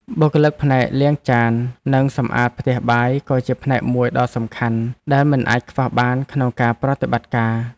បុគ្គលិកផ្នែកលាងចាននិងសម្អាតផ្ទះបាយក៏ជាផ្នែកមួយដ៏សំខាន់ដែលមិនអាចខ្វះបានក្នុងការប្រតិបត្តិការ។